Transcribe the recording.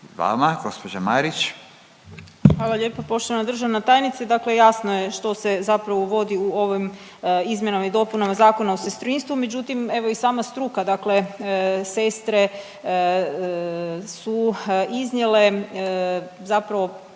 **Marić, Andreja (SDP)** Hvala lijepo. Poštovana državna tajnice, dakle jasno je što se zapravo uvodi u ovim izmjenama i dopunama Zakona o sestrinstvu, međutim evo i sama struka dakle sestre su iznijele zapravo